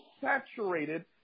saturated